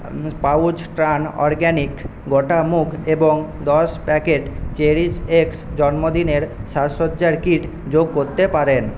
pouch Pran organic গোটা মুগ এবং দশ প্যাকেট চেরিশএক্স জন্মদিনের শাসসজ্জার কিট যোগ করতে পারেন